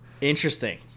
Interesting